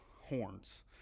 horns